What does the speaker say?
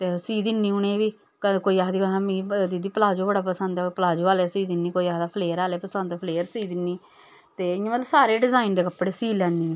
ते सी दिनी उ'नेंगी कोई आखदी मिगी दीदी प्लाजो बड़ा पसंद ऐ प्लाजो आह्ले सी दिनी कोई आखदा फ्लेयर आह्ले पसंद फ्लेयर सी दिन्नी ते इ'यां केह् सारे डिजाइन दे कपड़े सी लैन्नी